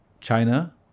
China